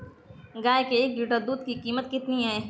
गाय के एक लीटर दूध की कीमत कितनी है?